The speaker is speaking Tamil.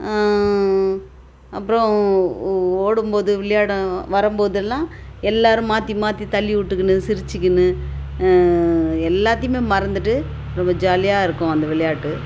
அப்புறம் ஓடும்போது விளையாட வரும்போதெல்லாம் எல்லோரும் மாற்றி மாற்றி தள்ளி விட்டுக்குணு சிரிச்சுக்குனு எல்லாத்தையுமே மறந்துவிட்டு ரொம்ப ஜாலியாக இருக்கும் அந்த விளையாட்டு